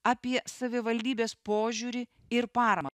apie savivaldybės požiūrį ir paramą